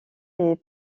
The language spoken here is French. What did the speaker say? les